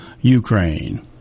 Ukraine